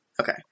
Okay